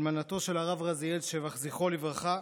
אלמנתו של הרב רזיאל שבח, זכרו לברכה,